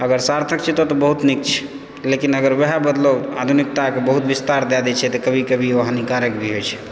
अगर सार्थक छै तब तऽ बहुत नीक छै लेकिन अगर वएह बदलाव आधुनिकताके बहुत विस्तार दए दैत छै तऽ कभी कभी ओ हानिकारक भी होइत छै